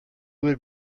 would